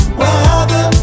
weather